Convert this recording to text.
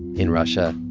in russia,